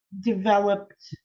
developed